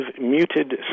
muted